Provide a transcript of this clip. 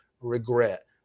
regret